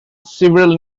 several